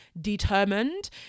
determined